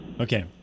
Okay